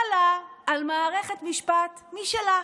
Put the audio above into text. בא לה על מערכת משפט משלה,